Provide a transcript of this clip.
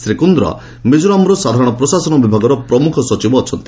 ଶ୍ରୀ କୁନ୍ଦ୍ରା ମିକୋରାମର ସାଧାରଣ ପ୍ରଶାସନ ବିଭାଗର ପ୍ରମୁଖ ସଚିବ ଅଛନ୍ତି